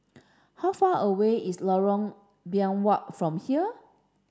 how far away is Lorong Biawak from here